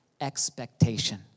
expectation